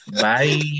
Bye